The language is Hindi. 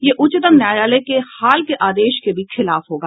यह उच्चतम न्यायालय के हाल के आदेश के भी खिलाफ होगा